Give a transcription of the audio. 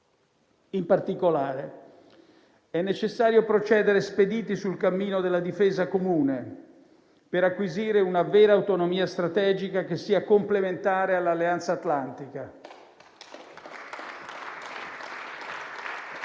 in particolare, è necessario procedere spediti sul cammino della difesa comune, per acquisire una vera autonomia strategica che sia complementare all'Alleanza atlantica.